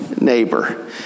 neighbor